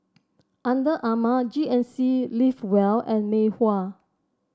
Under Armour G N C Live Well and Mei Hua